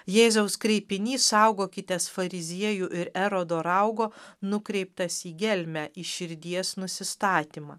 jėzaus kreipinys saugokitės fariziejų ir erodo raugo nukreiptas į gelmę į širdies nusistatymą